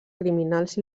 criminals